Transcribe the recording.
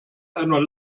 einer